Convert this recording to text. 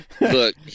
Look